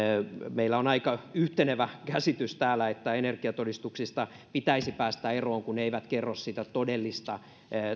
meillä on aika yhtenevä käsitys täällä että energiatodistuksista pitäisi päästä eroon kun ne eivät kerro sitä todellista